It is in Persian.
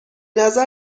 نظر